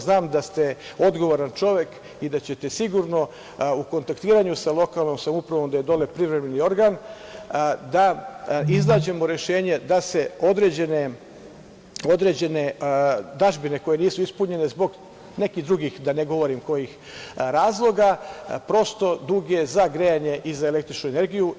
Znam da ste odgovoran čovek i da ćete sigurno u kontaktiranju sa lokalnom samoupravom gde je dole privremeni organ, da iznađemo rešenje da se određene dažbine koje nisu ispunjene zbog nekih drugih, da ne govorim kojih razloga, prosto, dug je za grejanje i za električnu energiju.